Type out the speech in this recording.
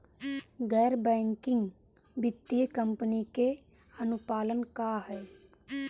गैर बैंकिंग वित्तीय कंपनी के अनुपालन का ह?